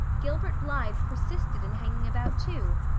gilbert blythe persisted in hanging about too,